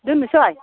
दोननोसै